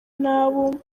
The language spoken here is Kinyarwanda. n’abo